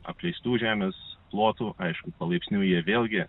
apleistų žemės plotų aišku palaipsniui jie vėlgi